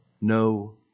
no